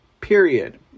Period